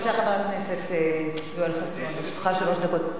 בבקשה, יש לך שלוש דקות.